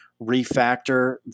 refactor